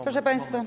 Proszę państwa.